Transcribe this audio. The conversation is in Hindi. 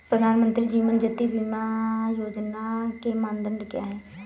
प्रधानमंत्री जीवन ज्योति बीमा योजना के मानदंड क्या हैं?